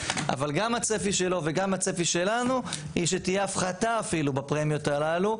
אבל גם הצפי שלו וגם הצפי שלנו הוא שתהיה הפחתה אפילו בפרמיות הללו.